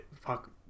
fuck